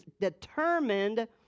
determined